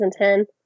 2010